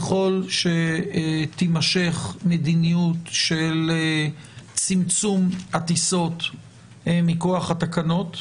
ככל שתימשך מדיניות של צמצום הטיסות מכוח התקנות,